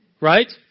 right